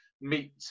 meet